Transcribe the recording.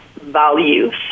values